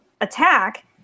attack